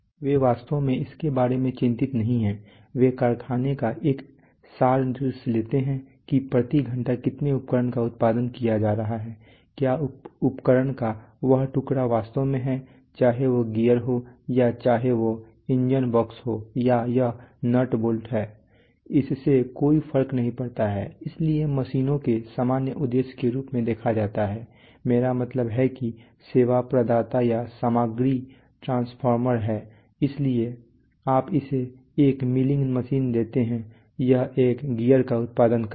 वे वास्तव में इसके बारे में चिंतित नहीं हैं वे कारखाने का एक सार दृश्य लेते हैं कि प्रति घंटे कितने उपकरण का उत्पादन किया जा रहा है क्या उपकरण का वह टुकड़ा वास्तव में है चाहे वह गियर हो या चाहे वह इंजन बॉक्स हो या यह नट बोल्ट है इससे कोई फर्क नहीं पड़ता है इसलिए मशीनों को सामान्य उद्देश्य के रूप में देखा जाता है मेरा मतलब है कि सेवा प्रदाता या सामग्री ट्रांसफार्मर हैं इसलिए आप इसे एक मिलिंग मशीन देते हैं यह एक गियर का उत्पादन करेगा